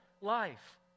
life